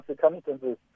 circumstances